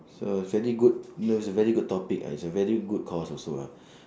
so very good it was a very good topic ah is a very good cause also lah